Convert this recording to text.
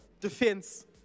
defense